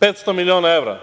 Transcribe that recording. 500 miliona evra.